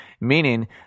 meaning